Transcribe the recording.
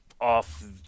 off